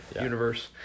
universe